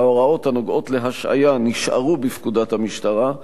ההוראות הנוגעות להשעיה נשארו בפקודת המשטרה,